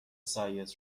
سعیت